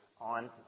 on